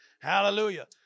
Hallelujah